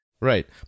right